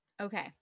Okay